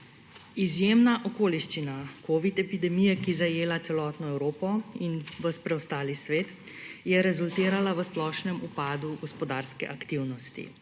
Izjemna okoliščina covid epidemije, ki je zajela celotno Evropo in ves preostali svet, je rezultirala v splošnem upadu gospodarske aktivnosti.